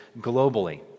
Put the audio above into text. globally